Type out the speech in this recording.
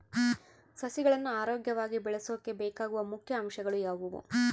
ಸಸಿಗಳನ್ನು ಆರೋಗ್ಯವಾಗಿ ಬೆಳಸೊಕೆ ಬೇಕಾಗುವ ಮುಖ್ಯ ಅಂಶಗಳು ಯಾವವು?